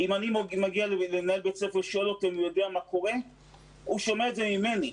אם אני מגיע ומנהל בית ספר שואל אותי מה קורה הוא שומע את זה ממני,